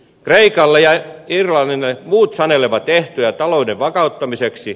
kreikalle ja irlannille muut sanelevat ehtoja talouden vakauttamiseksi